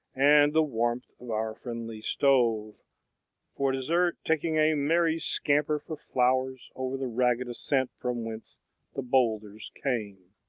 and the warmth of our friendly stove for dessert, taking a merry scamper for flowers, over the ragged ascent from whence the boulders came.